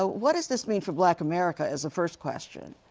but what does this mean for black america is the first question?